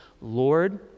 Lord